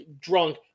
drunk